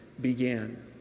began